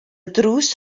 drws